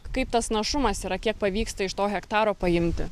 kaip tas našumas yra kiek pavyksta iš to hektaro paimti